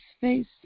face